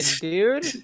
dude